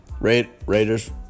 Raiders